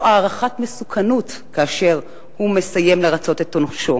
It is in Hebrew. הערכת מסוכנות כאשר הוא מסיים לרצות עונשו,